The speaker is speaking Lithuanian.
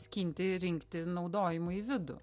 skinti rinkti naudojimui į vidų